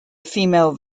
female